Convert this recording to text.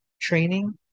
training